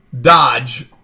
dodge